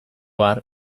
har